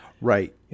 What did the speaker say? right